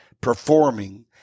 performing